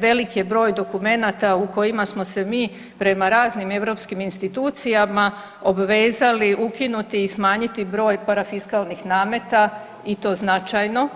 Velik je broj dokumenata u kojima smo se mi prema raznim europskim institucijama obvezali ukinuti i smanjiti broj parafiskalnih nameta i to značajno